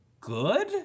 good